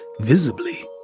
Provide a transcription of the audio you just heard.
visibly